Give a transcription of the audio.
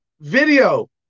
Video